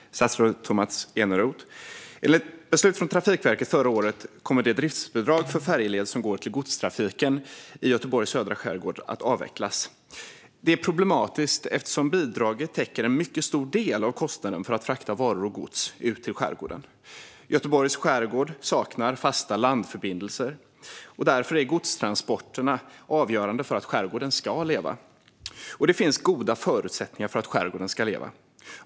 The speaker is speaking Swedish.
Fru talman! Tack, statsrådet Tomas Eneroth! Enligt beslut från Trafikverket förra året kommer det driftsbidrag för färjeled som går till godstrafiken i Göteborgs södra skärgård att avvecklas. Det är problematiskt eftersom bidraget täcker en mycket stor del av kostnaden för att frakta varor och gods ut till skärgården. Göteborgs skärgård saknar fasta landförbindelser. Därför är godstransporterna avgörande för att skärgården ska leva. Det finns goda förutsättningar för att skärgården ska leva.